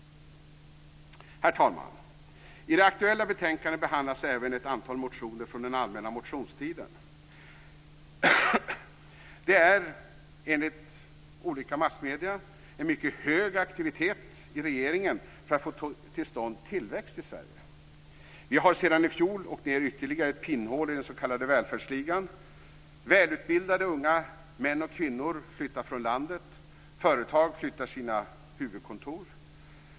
Herr talman! I det aktuella betänkandet behandlas även ett antal motioner från den allmänna motionstiden. Det är enligt olika massmedier en mycket hög aktivitet i regeringen för att få till stånd tillväxt i Sverige. Vi har sedan i fjol åkt ned ytterligare ett pinnhål i den s.k. välfärdsligan. Välutbildade unga män och kvinnor flyttar från landet. Företag flyttar sina huvudkontor.